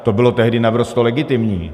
To bylo tehdy naprosto legitimní.